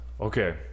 Okay